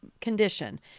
condition